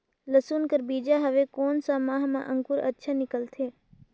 लसुन कर बीजा हवे कोन सा मौसम मां अंकुर अच्छा निकलथे?